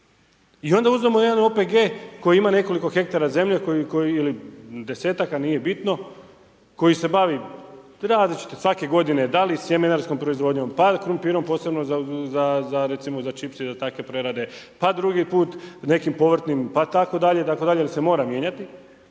I onda uzmemo jedan OPG koji ima nekoliko hektara zemlje, koji ili desetaka nije bitno, koji se bavi, različito svake g. da li sjemenarskom proizvodnjom, …/Govornik se ne razumije./… posebno recimo za čips ili za takve prerade, pa drugi put, nekim povrtnim, itd. itd. jer se mora mijenjati.